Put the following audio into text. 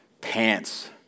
pants